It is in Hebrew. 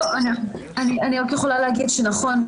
אני רק יכולה להגיד שזה נכון,